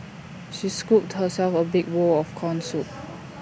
she scooped herself A big bowl of Corn Soup